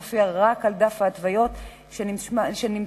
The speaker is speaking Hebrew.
מופיעים רק על דף ההתוויות שנמצא,